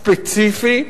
ספציפי,